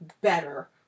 better